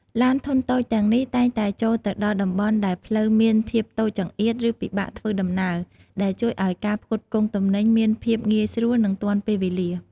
ឡានធុនតូចទាំងនេះតែងតែចូលទៅដល់តំបន់ដែលផ្លូវមានភាពតូចចង្អៀតឬពិបាកធ្វើដំណើរ ដែលជួយឱ្យការផ្គត់ផ្គង់ទំនិញមានភាពងាយស្រួលនិងទាន់ពេលវេលា។